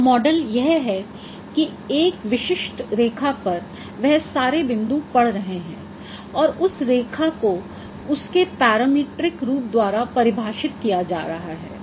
अब मॉडल यह है एक विशिष्ट रेखा पर वह सारे बिंदु पड़ रहे हैं और उस रेखा को उसके पैरामीट्रिक रूप द्वारा परिभाषित किया जा रहा है